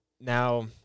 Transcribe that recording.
now